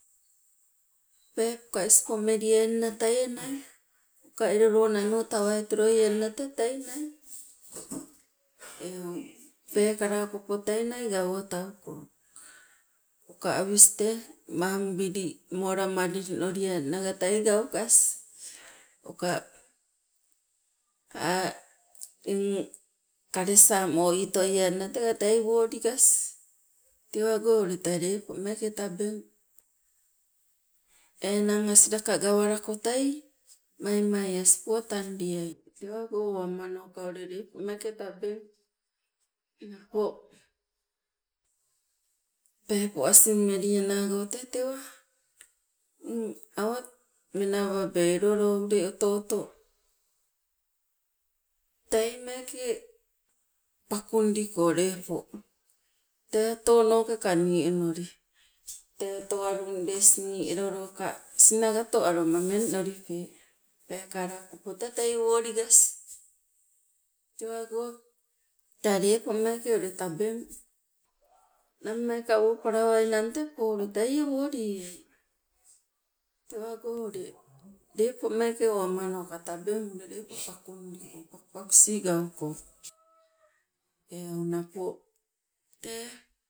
Peepoka ispo meliaingna teie nai, oka elo loo nanotawai toloiena tee tei nai eu peekala okopo tei nai gawotauko, oka awis tee mamubili molamalili noliennaka tei gaukas oka eng aa eng kalesa moitoiennaka tee tei woligas, tewago ule tabeng. Enang asilaka gawalako tei maimaia sipo tandiai tewago owamanoka lepo meeke tabeng, napo peepo asing melianago tee tewa awa menababe elo loo ule oto oto tei meeke pakundiko lepo, tee oto nokeka nii onoli tee oto walung lesi nii elo loo ka sinagato aloma melinolipe, peekala okopo tee tei woligas tewago tee lepo meeke tabeng. Nammeeka woopala wainang tee polo teie wolieai, tewago ule lepo meeke owamanoka tabeng lepo pakundiko pakupakusi gauko eu, napo tee